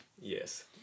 yes